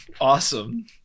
awesome